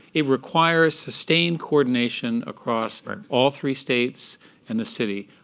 it requires sustained coordination across all three states and the city.